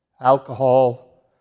alcohol